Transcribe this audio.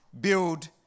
build